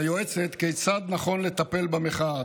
מהיועצת כיצד נכון לטפל במחאה.